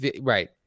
Right